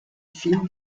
fin